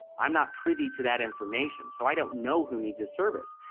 i'm not privy to that information so i don't know who needs a service.